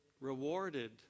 rewarded